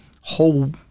whole